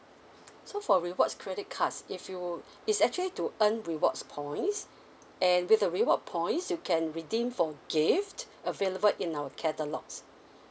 so for rewards credit cards if you it's actually to earn rewards points and with the reward points you can redeem for gift available in our catalogues